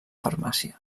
farmàcia